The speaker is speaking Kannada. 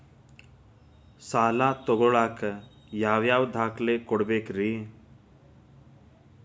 ಸಾಲ ತೊಗೋಳಾಕ್ ಯಾವ ಯಾವ ದಾಖಲೆ ಕೊಡಬೇಕ್ರಿ?